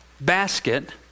basket